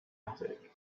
attic